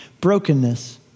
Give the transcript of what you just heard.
brokenness